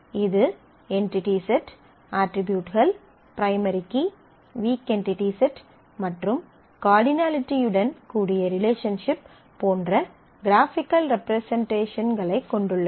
இது entity set அட்ரிபியூட்கள் primary key weak entity set மற்றும் கார்டினலிட்டியுடன் கூடிய ரிலேஷன்சிப் போன்ற க்ராபிக்கல் ரெப்ரசன்ட்டேஷன்களை கொண்டுள்ளது